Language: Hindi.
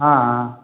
हाँ हाँ